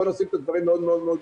בואו נשים את הדברים מאוד ברור.